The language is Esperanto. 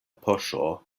poŝo